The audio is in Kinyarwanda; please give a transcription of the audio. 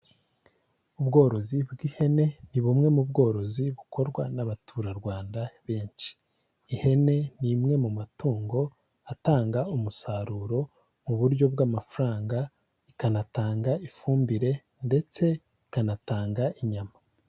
Ubworozi bw'ihene, ni bumwe mu bworozi bukorwa n'abaturarwanda benshi, ihene ni imwe mu matungo atanga umusaruro mu buryo bw'amafaranga, ikanatanga ifumbire ndetse ikanatanga inyama.